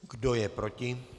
Kdo je proti?